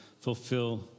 fulfill